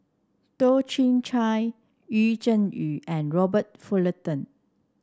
Toh Chin Chye Yu Zhuye and Robert Fullerton